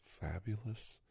fabulous